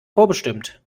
vorbestimmt